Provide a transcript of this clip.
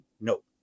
nope